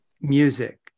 music